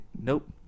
Nope